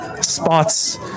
spots